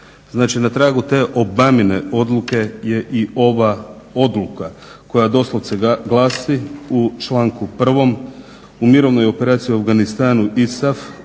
na tragu te Obamine odluke je i ova odluka koja doslovce glasi u članku 1. "U mirovnoj operaciji u Afganistanu ISAF